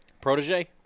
protege